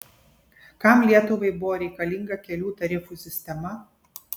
kam lietuvai buvo reikalinga kelių tarifų sistema